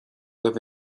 libh